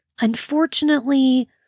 Unfortunately